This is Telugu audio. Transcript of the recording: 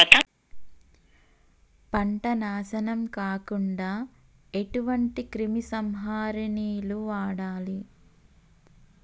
పంట నాశనం కాకుండా ఎటువంటి క్రిమి సంహారిణిలు వాడాలి?